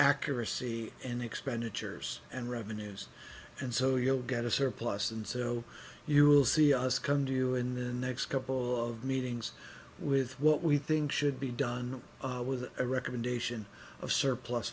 accuracy and expenditures and revenues and so you'll get a surplus and so you will see us come to you in the next couple of meetings with what we think should be done with a recommendation of surplus